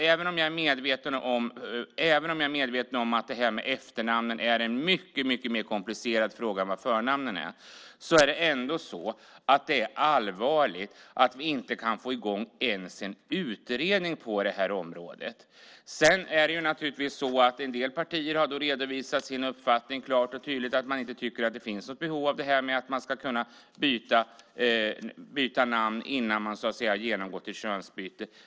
Även om jag är medveten om att det här med efternamnen är en mycket mer komplicerad fråga än den om förnamnen, är det allvarligt att man inte kan få i gång ens en utredning på det här området. En del partier har klart och tydligt redovisat sin uppfattning att det inte finns något behov av att man ska kunna byta namn innan man genomgått ett könsbyte.